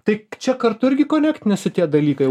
tik čia kartu irgi konektinasi tie dalykai